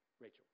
Rachel